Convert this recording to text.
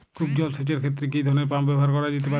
কূপ জলসেচ এর ক্ষেত্রে কি ধরনের পাম্প ব্যবহার করা যেতে পারে?